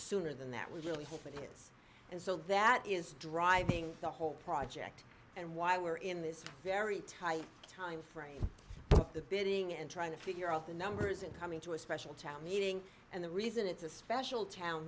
sooner than that we really hope it is and so that is driving the whole project and why we are in this very tight time frame of the bidding and trying to figure out the numbers and coming to a special town meeting and the reason it's a special town